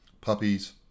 Puppies